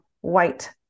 white